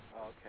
Okay